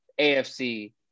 AFC